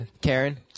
Karen